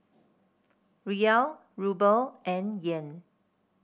Riel Ruble and Yen